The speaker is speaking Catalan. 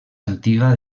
antiga